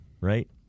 Right